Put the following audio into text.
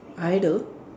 idle